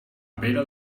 pere